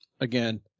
again